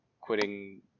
quitting